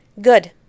Good